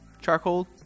Charcoal